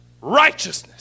righteousness